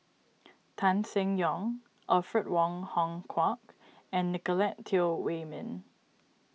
Tan Seng Yong Alfred Wong Hong Kwok and Nicolette Teo Wei Min